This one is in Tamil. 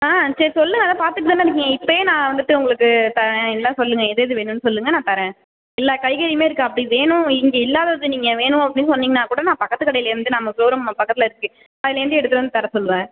ஆ சேரி சொல்லுங்கள் அதான் பார்த்துட்தானே இருக்கிங்க இப்பையே நான் வந்துவிட்டு உங்களுக்கு தரேன் என்ன சொல்லுங்கள் எது எது வேணுன்னு சொல்லுங்கள் நான் தரேன் எல்லா காய்கறியுமே இருக்கு அப்படி வேணும் இங்கே இல்லாதது நீங்கள் வேணும் அப்படின் சொன்னிங்கனா கூட நான் பக்கத்து கடையிலேந்து நம்ம ஷோரூம் நம்ம பக்கத்தில் இருக்கு அதுலேந்து எடுத்துரு வந்து தர சொல்வேன்